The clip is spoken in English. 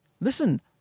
listen